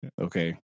Okay